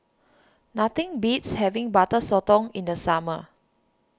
nothing beats having Butter Sotong in the summer